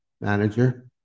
manager